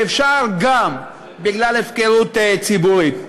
ואפשר שגם בגלל הפקרות ציבורית.